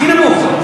הכי נמוך.